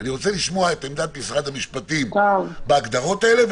אני רוצה לשמוע את עמדת משרד המשפטים בהגדרות האלה,